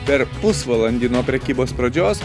per pusvalandį nuo prekybos pradžios